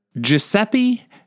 Giuseppe